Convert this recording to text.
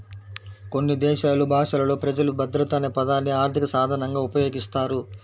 కొన్ని దేశాలు భాషలలో ప్రజలు భద్రత అనే పదాన్ని ఆర్థిక సాధనంగా ఉపయోగిస్తారు